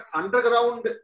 underground